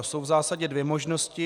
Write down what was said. Jsou v zásadě dvě možnosti.